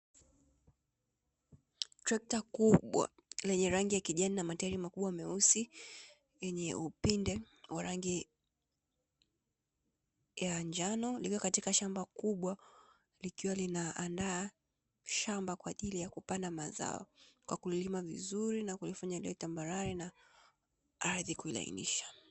Trekta kubwa lenye rangi ya kijani na matairi makubwa meusi yenye upinde wa rangi ya njano, likiwa katika shamba kubwa likiwa linaandaa shamba kwa ajili ya kupanda mazao kwa kulima vizuri na kulifanya liwe tambarare na ardhi kuilainisha.